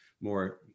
more